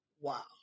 Wow